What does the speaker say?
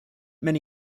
many